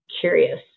curious